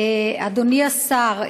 אדוני השר,